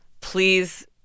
please